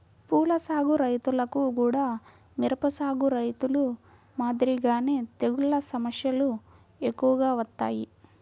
పూల సాగు రైతులకు గూడా మిరప సాగు రైతులు మాదిరిగానే తెగుల్ల సమస్యలు ఎక్కువగా వత్తాయి